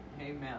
Amen